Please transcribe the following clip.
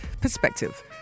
perspective